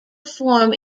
form